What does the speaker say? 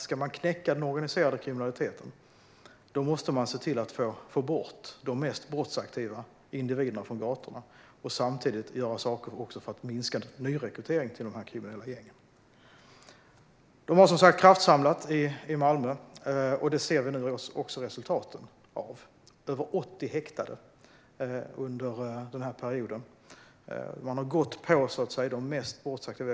Ska man knäcka den organiserade kriminaliteten måste man se till att få bort de mest brottsaktiva individerna från gatorna och samtidigt minska nyrekryteringen till de kriminella gängen. Hela strategin går ut på detta. Man har som sagt kraftsamlat i Malmö, och detta ser vi nu också resultaten av, med över 80 häktade under den här perioden. Man har gått på de mest brottsaktiva.